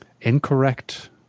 Incorrect